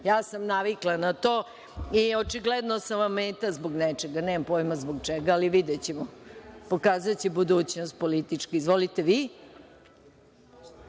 Ja sam navikla na to i očigledno sam vam meta zbog nečega. Nemam pojma zbog čega, ali videćemo. Pokazaće budućnost politički. Izvolite vi.